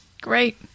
Great